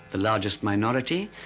the largest minority,